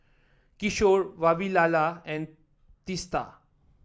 Kishore Vavilala and Teesta